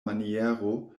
maniero